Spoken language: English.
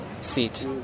seat